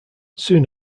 soon